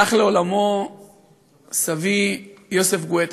הלך לעולמו סבי, יוסף גואטה,